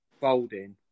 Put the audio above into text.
folding